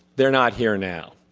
they are not here now.